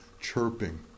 chirping